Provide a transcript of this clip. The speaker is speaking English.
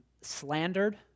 slandered